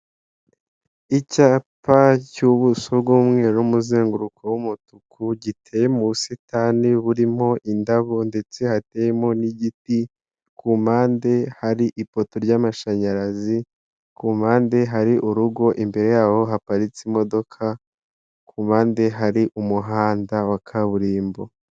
Icyapa cy'ubuso bw'umweru n'umuzenguruko w'umutuku giteye mu busitani burimo indabo ndetse hateyemo n'igiti ku mpande hari ifopo ry'amashanyarazi, ku mpande hari urugo, imbere yaho haparitse imodoka, kumpande hari umuhanda wa kaburimbo.